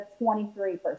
23%